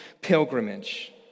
pilgrimage